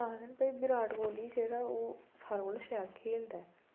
आखदे न भाई विराट कोह्ली जेह्ड़ी ओह् सारें कोला शैल खेलदा ऐ